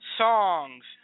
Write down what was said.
songs